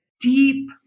deep